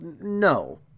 No